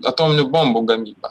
atominių bombų gamybą